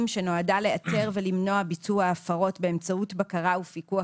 שנועדה לאתר ולמנוע ביצוע הפרות באמצעות בקרה ופיקוח